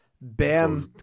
Bam